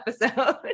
episode